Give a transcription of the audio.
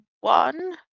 one